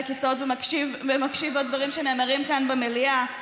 הכיסאות ומקשיב לדברים שנאמרים כאן במליאה,